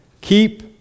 keep